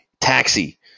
taxi